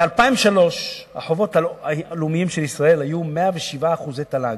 ב-2003 החובות הלאומיים של ישראל היו 107% תל"ג.